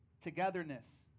togetherness